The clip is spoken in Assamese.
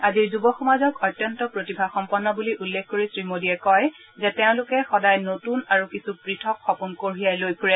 আজিৰ যুৱ সমাজক অত্যন্ত প্ৰতিভাসম্পন্ন বুলি উল্লেখ কৰি শ্ৰীমোদীয়ে কয় যে তেওঁলোকে সদাই নতুন আৰু কিছু পৃথক সপোন কঢ়িয়াই লৈ ফুৰে